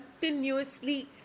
continuously